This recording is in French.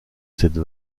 cette